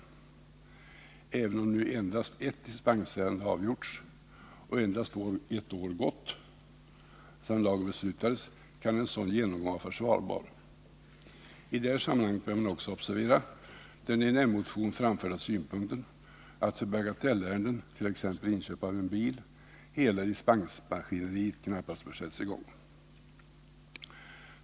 Även om nu endast ett dispensärende avgjorts och endast ett år gått sedan lagen beslutades kan en sådan genomgång vara försvarbar. I det här sammanhanget bör man också observera den i en moderatmotion framförda synpunkten att för bagatellärenden, t.ex. inköp av en bil, hela dispensmaskineriet knappast bör sättas i gång.